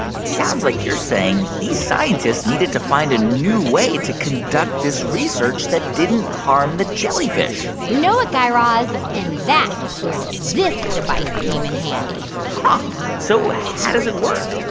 it sounds like you're saying these scientists needed to find a new way to conduct this research that didn't harm the jellyfish you know it, guy raz. and that's where this device came in handy huh. so how does it work?